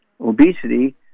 Obesity